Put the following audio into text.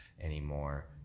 anymore